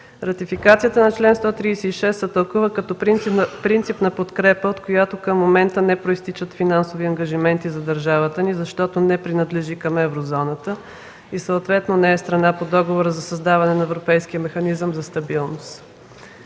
Ратификацията на чл. 136 се тълкува като принципна подкрепа, от която към момента не произтичат финансови ангажименти за държавата ни, защото не принадлежи към Еврозоната и съответно не е страна по Договора за създаване на Европейския механизъм за стабилност.